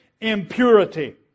impurity